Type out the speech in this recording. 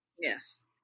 Yes